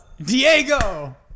Diego